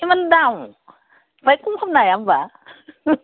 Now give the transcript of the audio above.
इमान दाम बाङाय कम खालामनो हाया होनबा